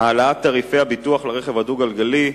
העלאת תעריפי הביטוח לרכב דו-גלגלי,